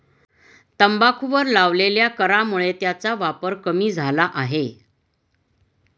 तंबाखूवर लावलेल्या करामुळे त्याचा वापर कमी झाला आहे